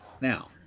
Now